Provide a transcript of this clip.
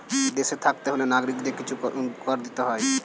দেশে থাকতে হলে নাগরিকদের কিছু কর দিতে হয়